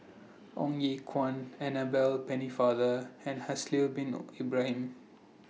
Ong Ye Kung Annabel Pennefather and Haslir Bin Ibrahim